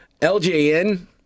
LJN